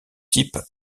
type